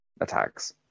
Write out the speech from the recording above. attacks